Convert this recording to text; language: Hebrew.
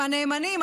הנאמנים,